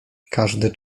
każdy